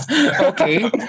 Okay